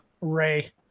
Ray